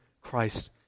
Christ